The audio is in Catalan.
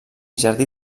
jardí